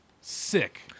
Sick